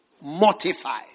Mortify